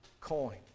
coin